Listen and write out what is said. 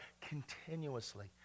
continuously